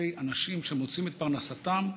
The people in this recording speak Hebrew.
אלפי אנשים שמוצאים את פרנסתם,